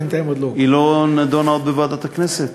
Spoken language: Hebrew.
בינתיים עוד לא, היא עוד לא נדונה בוועדת הכנסת?